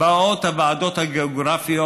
באות הוועדות הגיאוגרפיות,